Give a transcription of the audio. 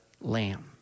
lamb